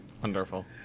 Wonderful